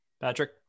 Patrick